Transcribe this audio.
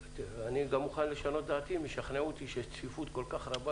אני גם מוכן לשנות את דעתי אם ישכנעו אותי שהצפיפות היא כל כך רבה